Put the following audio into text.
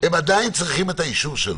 הם עדיין צריכים את האישור שלו.